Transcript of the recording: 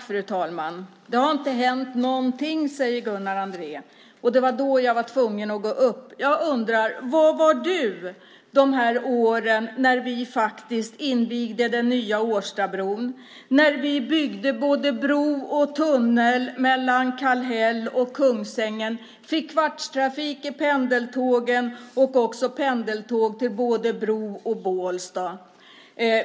Fru talman! Det har inte hänt någonting, sade Gunnar Andrén. Det var då jag kände att jag var tvungen att gå upp i talarstolen. Jag undrar var du var under de år när vi invigde den nya Årstabron, när vi byggde både bro och tunnel mellan Kallhäll och Kungsängen, och fick kvartstrafik i pendeltågen och pendeltåg till både Bro och Bålsta.